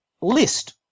list